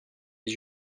les